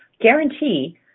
guarantee